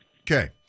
Okay